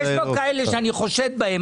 יש פה כאלה שאני חושד בהם,